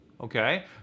okay